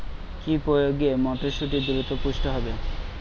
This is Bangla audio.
কি প্রয়োগে মটরসুটি দ্রুত পুষ্ট হবে?